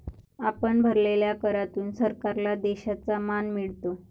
आपण भरलेल्या करातून सरकारला देशाचा मान मिळतो